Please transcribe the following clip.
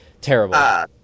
Terrible